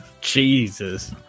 Jesus